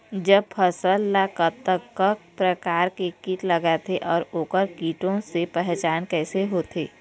जब फसल ला कतेक प्रकार के कीट लगथे अऊ ओकर कीटों के पहचान कैसे होथे?